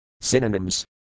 Synonyms